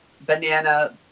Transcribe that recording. banana